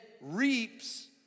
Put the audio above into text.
reaps